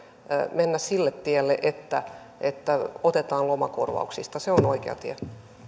mennä sille tielle että että otetaan lomakorvauksista se on oikea tie